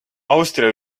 austria